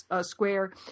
Square